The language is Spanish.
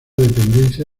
dependencia